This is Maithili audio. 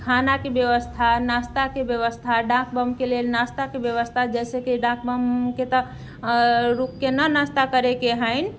खानाके व्यवस्था नाश्ताके व्यवस्था डाक बमके लेल नाश्ताके व्यवस्था जैसेकि डाक बमके तऽ रूक कऽ ना नास्ता करयके हइ